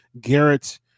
Garrett